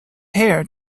hair